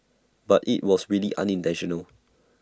but IT was really unintentional